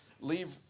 leave